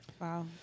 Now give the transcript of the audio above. Wow